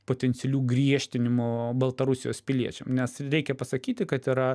potencialių griežtinimo baltarusijos piliečiam nes reikia pasakyti kad yra